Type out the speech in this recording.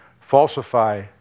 falsify